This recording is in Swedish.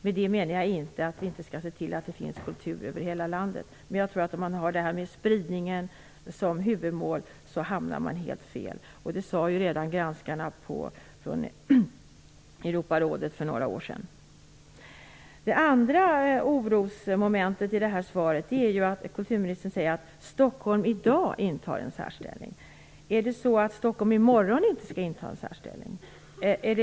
Med det menar jag inte att vi inte skall se till att det finns kultur över hela landet, men jag tror att man hamnar helt fel om man har spridningen som huvudmål. Det sade redan granskarna från Europarådet för några år sedan. Ett annat orosmoment i svaret är att kulturministern säger att Stockholm i dag intar en särställning. Är det så att Stockholm inte skall inta en särställning i morgon?